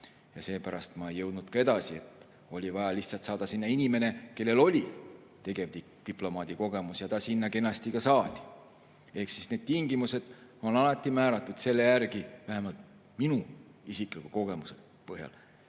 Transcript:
Ja seepärast ma ei jõudnud ka edasi. Oli vaja lihtsalt saada sinna inimene, kellel oli tegevdiplomaadi kogemus, ja ta sinna kenasti ka saadi. Ehk siis tingimused on alati määratud selle järgi, vähemalt minu isikliku kogemuse põhjal,